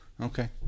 Okay